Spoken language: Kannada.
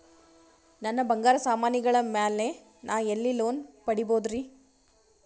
ನನ್ನ ಬಂಗಾರ ಸಾಮಾನಿಗಳ ಮ್ಯಾಲೆ ನಾ ಎಲ್ಲಿ ಲೋನ್ ಪಡಿಬೋದರಿ?